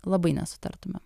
labai nesutartumėm